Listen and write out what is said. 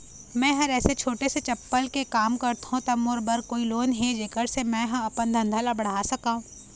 मैं हर ऐसे छोटे से चप्पल के काम करथों ता मोर बर कोई लोन हे जेकर से मैं हा अपन धंधा ला बढ़ा सकाओ?